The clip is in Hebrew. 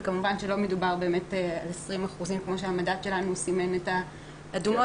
וכמובן שלא מדובר באמת על 20% כמו שהמדד שלנו סימן את האדומות,